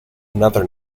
another